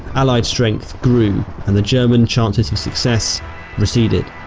allied strength grew and the german chances of success receded.